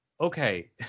okay